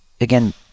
again